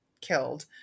killed